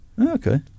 Okay